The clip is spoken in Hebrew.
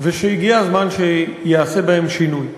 ושהגיע הזמן שייעשה בהן שינוי.